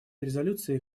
резолюции